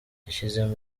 yashizemo